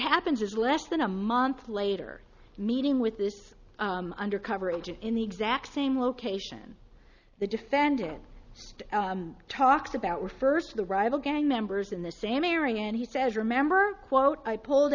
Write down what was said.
happens is less than a month later meaning with this undercover agent in the exact same location the defendant just talks about refers to the rival gang members in the same area and he says remember quote i pulled